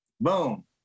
boom